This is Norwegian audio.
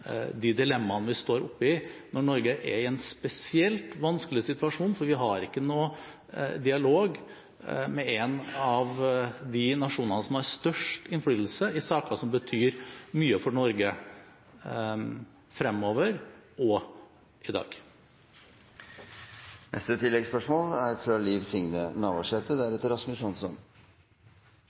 de dilemmaene vi står oppe i når Norge er i en spesielt vanskelig situasjon, for vi har ikke noen dialog med en av de nasjonene som har størst innflytelse i saker som betyr mye for Norge fremover og i dag. Liv Signe Navarsete – til oppfølgingsspørsmål. Det er